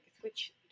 switch